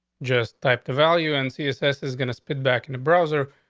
just type the value and css is going to spit back in the browser.